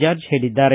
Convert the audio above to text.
ಜಾರ್ಜ ಹೇಳಿದ್ದಾರೆ